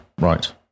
Right